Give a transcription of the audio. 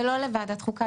זה לא לוועדת החוקה,